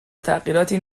تغییراتی